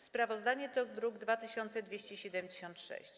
Sprawozdanie to druk nr 2276.